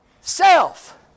Self